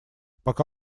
пока